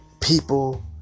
people